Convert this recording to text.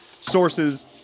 sources